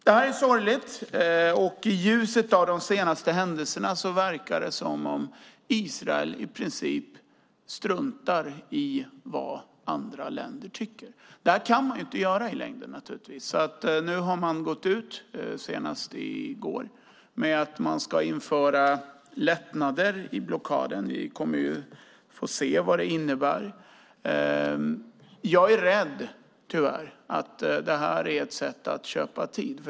Detta är sorgligt, och i ljuset av de senaste händelserna verkar det som om Israel i princip struntar i vad andra länder tycker. Det kan man naturligtvis inte göra i längden. Senast i går gick man ut med att man ska införa lättnader i blockaden. Vi får se vad det innebär. Jag är tyvärr rädd för att detta är ett sätt att köpa tid.